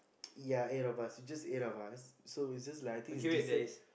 ya eight of us it's just eight of us so it's just like I think it's decent